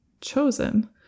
chosen